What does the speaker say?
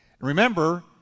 Remember